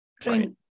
training